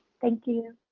thank you.